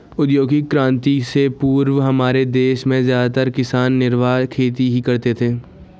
औद्योगिक क्रांति से पूर्व हमारे देश के ज्यादातर किसान निर्वाह खेती ही करते थे